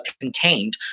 contained